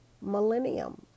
millennium